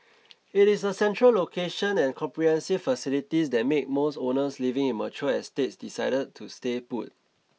it is the central location and comprehensive facilities that make most owners living in mature estates decide to stay put